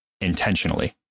intentionally